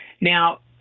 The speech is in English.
Now